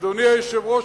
אדוני היושב-ראש,